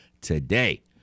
today